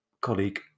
colleague